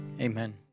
Amen